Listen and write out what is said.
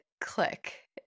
click